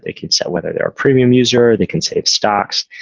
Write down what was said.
they can set whether they're a premium user, they can save stocks.